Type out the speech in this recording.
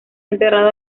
enterrado